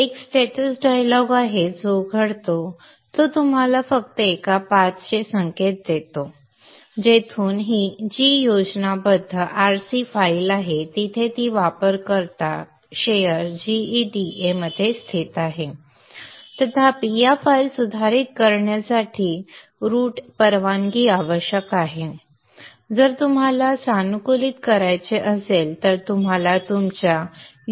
एक status dialog आहे जो उघडतो जो तुम्हाला फक्त एका पाथचे संकेत देतो जेथून ही g योजनाबद्ध r c फाइल आहे जिथे ती वापरकर्ता शेअर gEDA मध्ये स्थित आहे तथापि या फाइल्स सुधारण्यासाठी रूट परवानगी आवश्यक आहे तथापि जर तुम्हाला सानुकूलित करायचे असेल तर तुम्हाला तुमच्या user